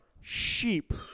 sheep